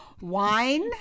Wine